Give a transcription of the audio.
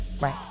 Right